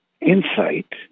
insight